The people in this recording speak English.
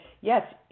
yes